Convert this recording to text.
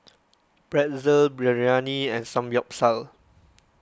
Pretzel Biryani and Samgyeopsal